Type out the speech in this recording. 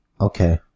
Okay